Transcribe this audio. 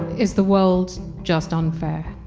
is the world just unfair?